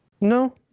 No